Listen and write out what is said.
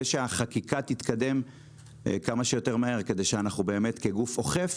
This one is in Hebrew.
שהחקיקה תתקדם כמה שיותר מהר כדי שאנחנו באמת כגוף אוכף